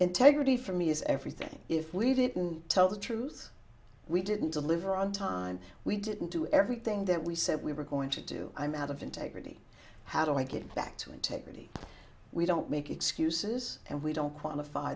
integrity for me is everything if we didn't tell the truth we didn't deliver on time we didn't do everything that we said we were going to do i'm out of integrity how do i get back to integrity we don't make excuses and we don't qualify